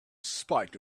spite